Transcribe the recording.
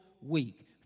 week